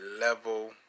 level